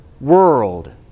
world